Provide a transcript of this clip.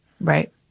Right